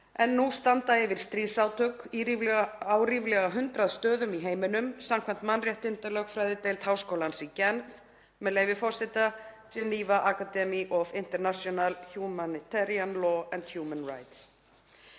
en nú standa yfir stríðsátök á ríflega 100 stöðum í heiminum samkvæmt mannréttindalögfræðideild háskólans í Genf, með leyfi forseta, The Geneva Academy of International Humanitarian Law and Human Rights.